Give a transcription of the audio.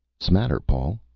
smatter, paul?